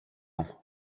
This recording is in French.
ans